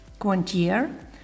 Quantier